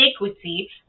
iniquity